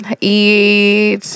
Eat